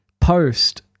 post